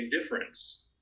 difference